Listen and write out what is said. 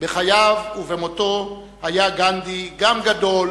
בחייו ובמותו היה גנדי גם גדול